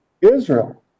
Israel